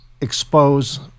expose